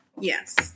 Yes